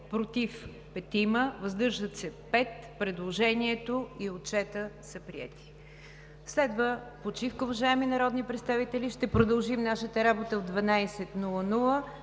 против 5, въздържали се 5. Предложението и Отчетът са приети. Следва почивка, уважаеми народни представители. Ще продължим нашата работа в 12,00